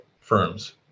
firms